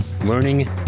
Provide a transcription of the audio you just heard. learning